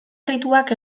errituak